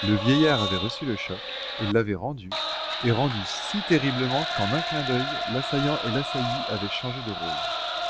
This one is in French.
le vieillard avait reçu le choc et l'avait rendu et rendu si terriblement qu'en un clin d'oeil l'assaillant et l'assailli avaient changé de rôle